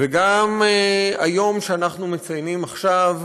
וגם היום שאנחנו מציינים עכשיו,